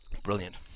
brilliant